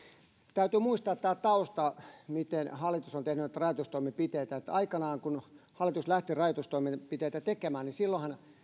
täytyy muistaa tämä tausta miten hallitus on tehnyt näitä rajoitustoimenpiteitä että aikanaan kun hallitus lähti rajoitustoimenpiteitä tekemään niin silloinhan